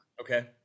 Okay